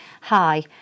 hi